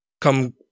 come